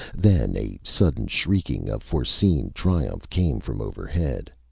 then a sudden shrieking of foreseen triumph came from overhead.